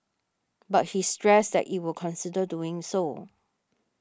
but he stressed that it will consider doing so